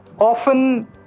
often